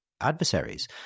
adversaries